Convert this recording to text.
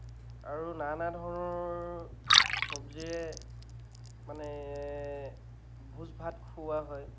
আৰু নানা ধৰণৰ চব্জিৰে মানে ভোজ ভাত খুওৱা হয়